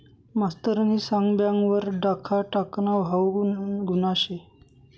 मास्तरनी सांग बँक वर डाखा टाकनं हाऊ गुन्हा शे